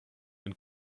and